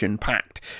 packed